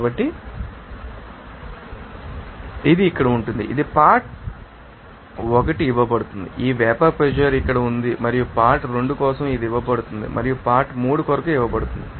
కాబట్టి ఇది ఇక్కడ ఉంటుంది ఇది పార్ట్ 1 ఇవ్వబడుతుంది ఈ వేపర్ ప్రెషర్ ఇక్కడ ఉంది మరియు పార్ట్ 2 కోసం ఇది ఇవ్వబడుతుంది మరియు పార్ట్ 3 కొరకు ఇవ్వబడుతుంది